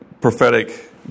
prophetic